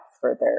further